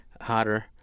hotter